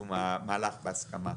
קידום המהלך בהסכמה.